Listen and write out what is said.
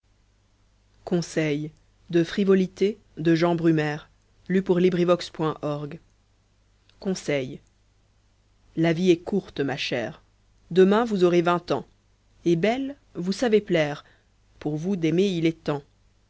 conseil la vie est courte ma chère demain vous aurez vingt ans ht belle vous savez plaire pour vous d'aimer il est temps